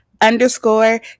underscore